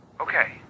Okay